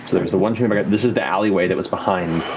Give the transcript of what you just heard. there's the one chamber. this is the alleyway that was behind